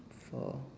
four